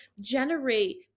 generate